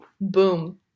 Boom